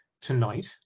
tonight